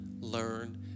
learn